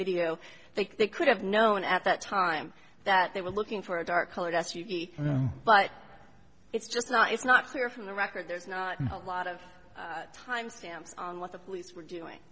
video i think they could have known at that time that they were looking for a dark colored s u v but it's just not it's not clear from the record there's not a lot of time stamps on what the police were doing